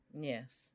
Yes